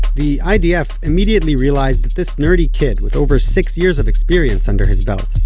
the idf immediately realized that this nerdy kid, with over six years of experience under his belt,